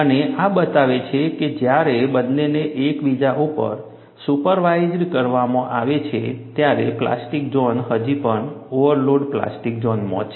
અને આ બતાવે છે કે જ્યારે બંનેને એક બીજા ઉપર સુપરિમ્પોઝ્ડ કરવામાં આવે છે ત્યારે પ્લાસ્ટિક ઝોન હજી પણ ઓવરલોડ પ્લાસ્ટિક ઝોનમાં છે